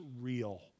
real